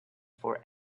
for